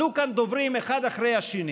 עלו כאן דוברים אחד אחרי השני